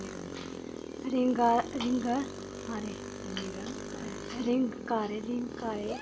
रंग रिंग ह निर रिंग कारे रिंग कारे